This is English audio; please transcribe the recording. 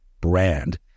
brand